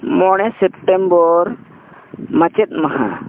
ᱢᱚᱬᱮ ᱥᱮᱯᱴᱮᱢᱵᱚᱨ ᱢᱟᱪᱮᱫ ᱢᱟᱦᱟ